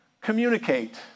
Communicate